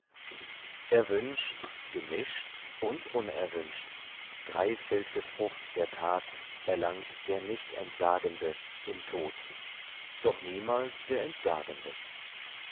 verzichtender erwünscht gemischt und unerwünscht dreifält'ge frucht der tat erlangt der nichtentsagende im tod doch niemals der entsagende